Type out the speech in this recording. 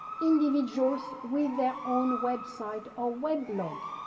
individuals with their own website or web blog.